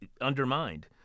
undermined